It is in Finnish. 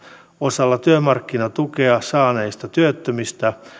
osalla työmarkkinatukea saaneista työttömistä